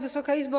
Wysoka Izbo!